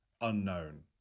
unknown